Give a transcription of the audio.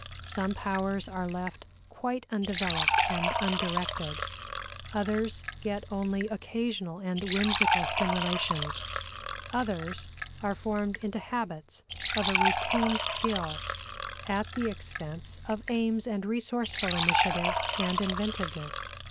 some powers are left quite undeveloped and undirected others get only occasional and whimsical stimulations others are formed into habits of a routine skill at the expense of aims and resourceful initiative and inventiveness.